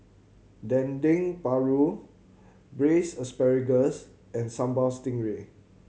Dendeng Paru Braised Asparagus and Sambal Stingray